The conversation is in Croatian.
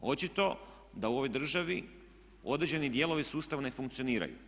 Očito da u ovoj državi određeni dijelovi sustava ne funkcioniraju.